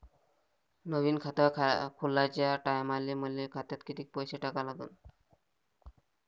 नवीन खात खोलाच्या टायमाले मले खात्यात कितीक पैसे टाका लागन?